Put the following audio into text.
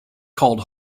called